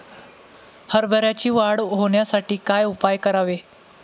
हरभऱ्याची वाढ होण्यासाठी काय उपाय करावे?